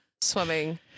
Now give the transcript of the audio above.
swimming